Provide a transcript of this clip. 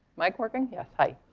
mic working, yes, hi.